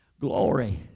glory